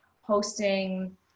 hosting